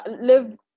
Live